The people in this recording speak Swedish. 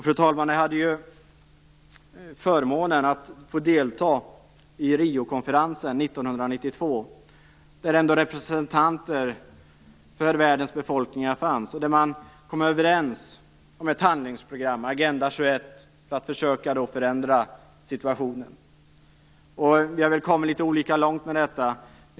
Jag hade förmånen att få delta i Riokonferensen 1992. Där fanns representanter för världens befolkningar. Där kom man överens om ett handlingsprogram, Agenda 21 för att försöka förändra situationen. Vi har kommit olika långt med detta.